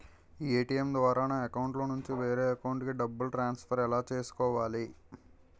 ATM ద్వారా నా అకౌంట్లోనుంచి వేరే అకౌంట్ కి డబ్బులు ట్రాన్సఫర్ ఎలా చేసుకోవాలి?